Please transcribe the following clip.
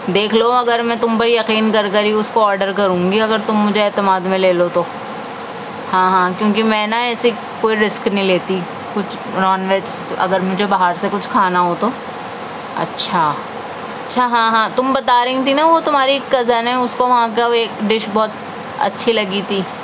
دیکھ لو اگر میں تم پر یقین کر کر ہی اس کو آرڈر کروں گی اگر تم مجھے اعتماد میں لے لو تو ہاں ہاں کیونکہ میں نا ایسے کوئی رسک نہیں لیتی کچھ نان ویجس اگر مجھے باہر سے کچھ کھانا ہو تو اچھا اچھا ہاں ہاں تم بتا رہی تھی نا وہ تمہاری کزن ہے اس کو وہاں کا ڈش بہت اچھی لگی تھی